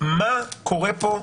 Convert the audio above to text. מה קורה פה במידע?